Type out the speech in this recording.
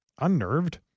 Unnerved